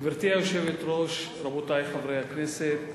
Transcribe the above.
גברתי היושבת-ראש, רבותי חברי הכנסת,